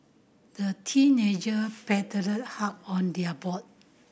the teenager paddled hard on their boat